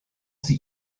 sie